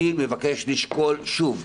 אני מבקש לשקול שוב,